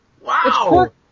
Wow